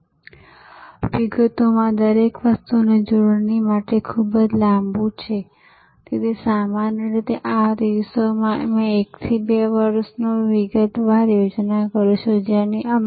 અને સૌથી અદ્ભુત હકીકત એ છે કે આપણે છ સિગ્મા વિશે વાત કરીએ છીએ એક મિલિયન પ્રકારના નિષ્ફળતા દરમાં બે ભાગ અને આ લોકો 15 મિલિયનમાંથી એક નિષ્ફળતા દર વિચિત્ર ગુણવત્તા રેકોર્ડ ધરાવે છે